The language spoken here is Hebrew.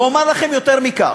ואומר לכם יותר מכך: